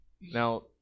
Now